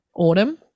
autumn